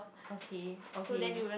okay okay